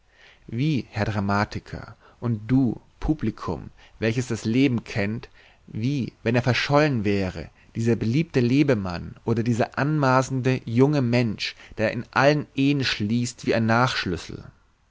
wie herr dramatiker und du publikum welches das leben kennt wie wenn er verschollen wäre dieser beliebte lebemann oder dieser anmaßende junge mensch der in allen ehen schließt wie ein nachschlüssel